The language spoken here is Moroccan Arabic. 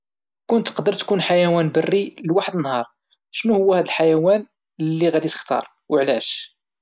كون قدرتي تكون حشرة لواحد النهار، شناهيا هاد الحشرة اللي غادي تختار وعلاش؟